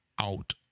out